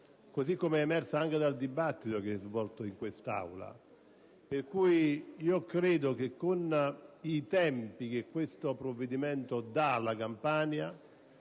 così come emersa anche dal dibattito svolto in quest'Aula. Ritengo che, con i tempi che questo provvedimento dà alla Campania,